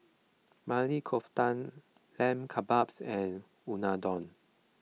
Maili Kofta Lamb Kebabs and Unadon